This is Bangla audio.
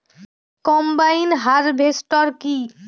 কম্বাইন হারভেস্টার কি?